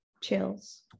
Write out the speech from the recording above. chills